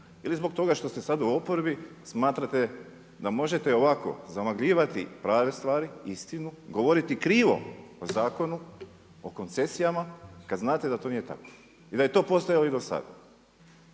ili zbog toga što ste sada u oporbi smatrate da možete ovako zamagljivati prave stvari, istinu, govoriti krivo o zakonu, o koncesijama kada znate da to nije tako i da je to postojalo i do sada.